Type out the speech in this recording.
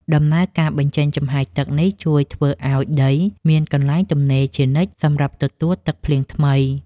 ដំណើរការបញ្ចេញចំហាយទឹកនេះជួយធ្វើឱ្យដីមានកន្លែងទំនេរជានិច្ចសម្រាប់ទទួលទឹកភ្លៀងថ្មី។